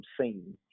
scene